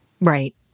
Right